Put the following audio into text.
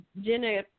jenna